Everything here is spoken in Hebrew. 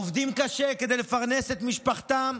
עובדים קשה כדי לפרנס את משפחתם,